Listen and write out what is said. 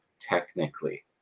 Technically